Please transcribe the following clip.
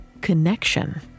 connection